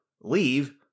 leave